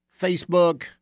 Facebook